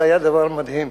זה היה דבר מדהים.